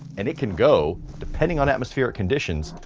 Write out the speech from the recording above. and it can go, depending on atmospheric conditions,